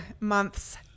months